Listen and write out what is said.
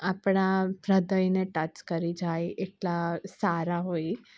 આપણા હ્રદયને ટચ કરી જાય એટલા સારા હોય